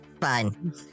Fine